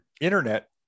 internet